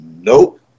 Nope